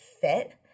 fit